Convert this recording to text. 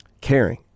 caring